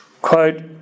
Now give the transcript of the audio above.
quote